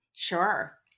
Sure